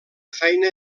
feina